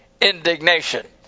indignation